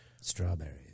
strawberries